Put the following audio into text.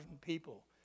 people